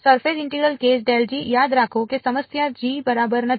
surface integral case યાદ રાખો કે સમસ્યા g બરાબર નથી